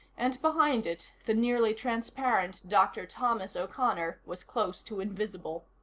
and behind it the nearly transparent dr. thomas o'connor was close to invisible.